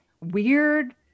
weird